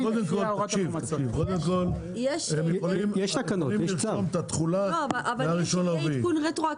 לפי ההוראות --- הם יכולים לתחום את התחולה ל-1 באפריל.